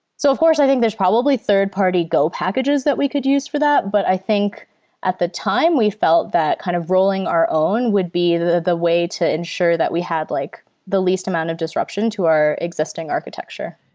so of course, i think there's probably third-party go packages that we could use for that, but i think at the time we felt that kind of rolling our own would be the the way to ensure that we had like the least amount of disruption to our existing architecture.